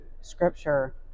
scripture